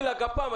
לגפ"מ.